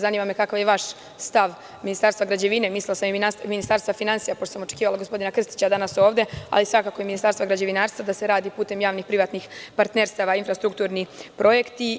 Zanima me kakav je vaš stav, Ministarstva građevine, mislila sam i Ministarstva finansija, pošto sam očekivala gospodina Krstića danas ovde, ali svakako i Ministarstva građevinarstva, da se radi putem javnih, privatnih partnerstava infrastrukturni projekti.